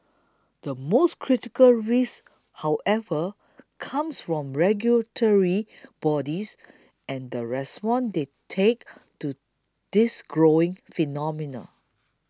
the most critical risk however comes from regulatory bodies and the response they take to this growing phenomenon